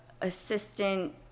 assistant